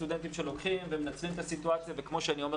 יש סטודנטים שלוקחים ומנצלים את הסיטואציה וכמו שאני אומר